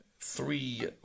three